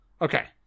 Okay